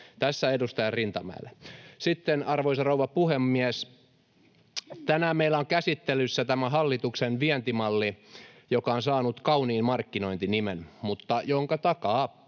Tässä edustaja Rintamäelle. Arvoisa rouva puhemies! Tänään meillä on käsittelyssä tämä hallituksen vientimalli, joka on saanut kauniin markkinointinimen mutta jonka takaa